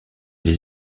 les